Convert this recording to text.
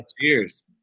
Cheers